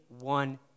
one